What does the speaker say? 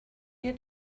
you